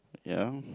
ya